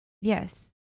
Yes